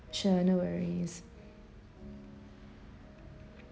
sure no worries